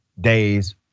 days